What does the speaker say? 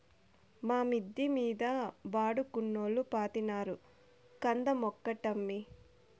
మా మిద్ద మీద బాడుగకున్నోల్లు పాతినారు కంద మొక్కటమ్మీ